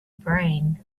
brain